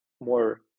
more